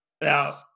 Now